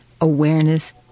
Awareness